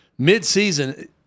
midseason